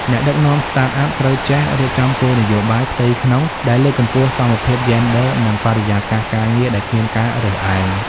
អ្នកដឹកនាំ Startup ត្រូវចេះរៀបចំគោលនយោបាយផ្ទៃក្នុងដែលលើកកម្ពស់សមភាពយេនឌ័រ និងបរិយាកាសការងារដែលគ្មានការរើសអើង។